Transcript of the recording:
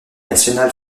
national